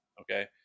Okay